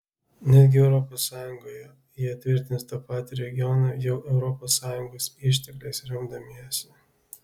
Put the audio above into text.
netgi europos sąjungoje jie tvirtins tą patį regioną jau europos sąjungos ištekliais remdamiesi